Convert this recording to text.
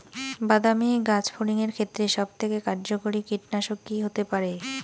বাদামী গাছফড়িঙের ক্ষেত্রে সবথেকে কার্যকরী কীটনাশক কি হতে পারে?